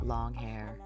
Longhair